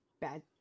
bad